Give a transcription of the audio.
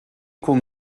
kon